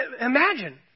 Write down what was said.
imagine